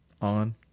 On